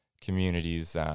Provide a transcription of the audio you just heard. communities